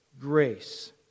grace